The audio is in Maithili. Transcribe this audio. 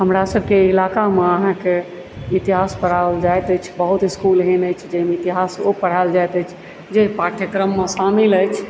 हमरा सभके इलाकामे अहाँकेँ इतिहास पढ़ाओल जाइत अछि बहुत इसकुल एहन अछि जाहिमे इतिहासो पढ़ायल जाइत अछि जे पाठ्यक्रममे शामिल अछि